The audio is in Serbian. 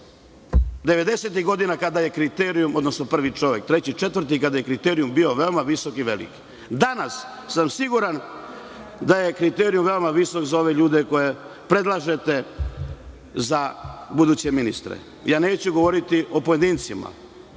godina, kada je kriterijum, odnosno prvi, treći četvrti, bio veoma visok i velik. Danas sam siguran da je kriterijum veoma visok za ove ljude koje predlažete za buduće ministre. Neću govoriti o pojedincima,